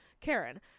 Karen